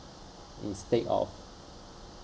instead of